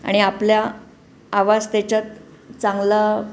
आणि आपल्या आवाज त्याच्यात चांगला